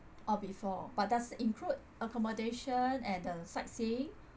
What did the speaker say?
orh before but does include accommodation and the sightseeing